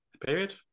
Period